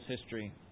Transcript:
history